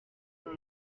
faut